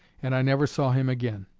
and i never saw him again.